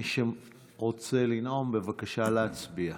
מי שרוצה לנאום, בבקשה להצביע.